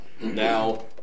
now